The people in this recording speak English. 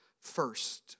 first